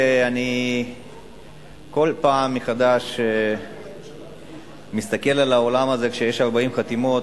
אני כל פעם מחדש מסתכל על האולם הזה כשיש 40 חתימות